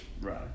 Right